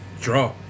Draw